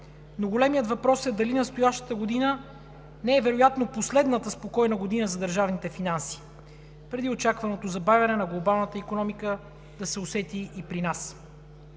но големият въпрос е дали настоящата година не е вероятно последната спокойна година за държавните финанси преди очакваното забавяне на глобалната икономика да се усети и при нас.